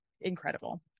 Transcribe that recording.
incredible